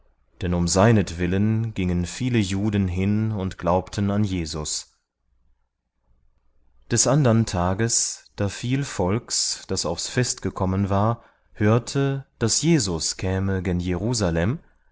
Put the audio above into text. denn um seinetwillen gingen viele juden hin und glaubten an jesus des andern tages da viel volks das aufs fest gekommen war hörte daß jesus käme gen jerusalem